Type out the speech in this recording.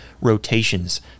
rotations